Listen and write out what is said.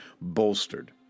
bolstered